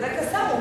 צודק, צודק השר.